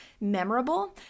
memorable